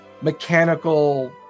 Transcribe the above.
mechanical